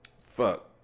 Fuck